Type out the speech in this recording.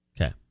Okay